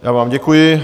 Já vám děkuji.